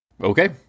Okay